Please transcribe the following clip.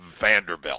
Vanderbilt